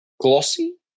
glossy